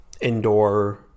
indoor